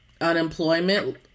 unemployment